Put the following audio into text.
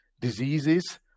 diseases